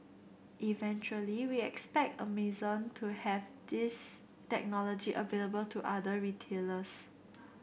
eventually we expect Amazon to have this technology available to other retailers